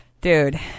Dude